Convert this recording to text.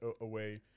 away